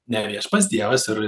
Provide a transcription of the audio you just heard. ne viešpats dievas ir